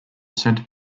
centre